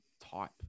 type